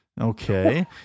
Okay